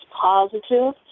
positive